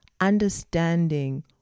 understanding